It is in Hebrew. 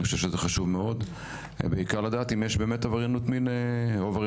לדעתי זה חשוב מאוד ובעיקר לדעת אם יש עברייני מין שנעצרו.